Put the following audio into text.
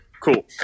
cool